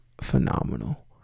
phenomenal